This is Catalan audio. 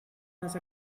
les